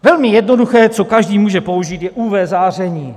Velmi jednoduché, co každý může použít, je UV záření.